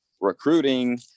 recruiting